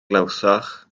glywsoch